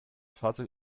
fahrzeug